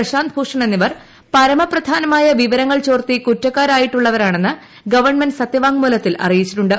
പ്രശാന്ത് ഭൂഷൺ എന്നിവർ പരമപ്രധാനമായ വിവരങ്ങൾ ചോർത്തി കുറ്റക്കാരായിട്ടുള്ളവരാണെന്ന് ഗവൺമെന്റ് സത്യവാങ്മൂലത്തിൽ അറിയിച്ചിട്ടുണ്ട്